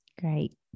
Great